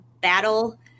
battle